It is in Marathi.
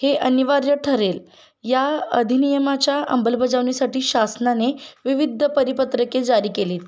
हे अनिवार्य ठरेल या अधिनियमाच्या अंमलबवणीसाठी शासनाने विविध परिपत्रके जारी केलीत